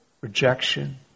rejection